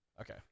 Okay